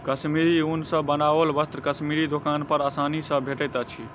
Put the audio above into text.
कश्मीरी ऊन सॅ बनाओल वस्त्र कश्मीरी दोकान पर आसानी सॅ भेटैत अछि